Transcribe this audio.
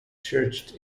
church